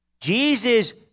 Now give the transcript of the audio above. Jesus